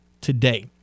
today